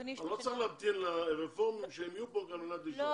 אדוני --- אני לא צריך להמתין לרפורמים שהם יהיו פה על מנת לשאול.